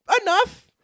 Enough